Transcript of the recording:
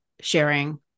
sharing